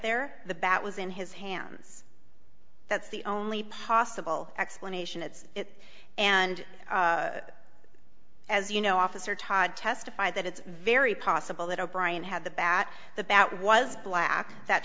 their the bat was in his hands that's the only possible explanation is it and as you know officer todd testified that it's very possible that o'brien had the bat the bat was black that